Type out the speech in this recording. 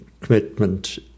commitment